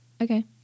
Okay